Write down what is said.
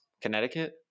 Connecticut